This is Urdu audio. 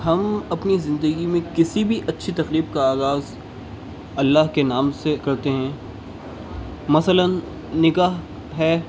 ہم اپنی زندگی میں کسی بھی اچھی تقریب کا آغاز اللہ کے نام سے کرتے ہیں مثلاً نکاح ہے